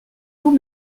vous